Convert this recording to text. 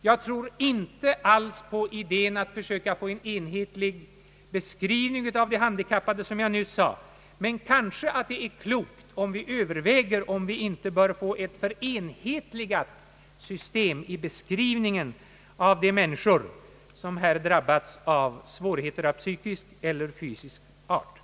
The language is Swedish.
Jag tror inte alls på idén om en enhetlig definition av de handikappade, såsom jag nyss sade, men måhända är det en klok åtgärd att överväga om det inte skulle vara möjligt att göra en enhetlig beskrivning av de människor som drabbats av svårigheter av fysisk eller psykisk art.